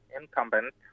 incumbent